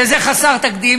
שזה חסר תקדים.